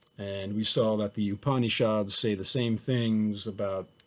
and we saw that the upanishads say the same things about